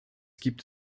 gibt